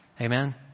Amen